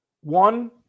One